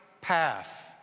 path